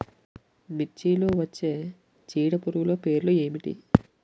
మిర్చిలో వచ్చే చీడపురుగులు పేర్లు ఏమిటి?